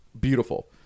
beautiful